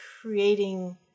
creating